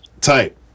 Tight